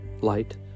light